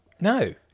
No